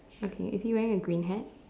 okay is he wearing a green hat